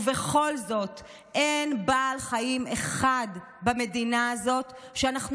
ובכל זאת אין בעל חיים אחד במדינה הזאת שאנחנו